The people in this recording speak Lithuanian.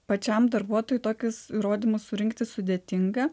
pačiam darbuotojui tokius įrodymus surinkti sudėtinga